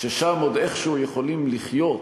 ששם עוד איכשהו יכולים לחיות.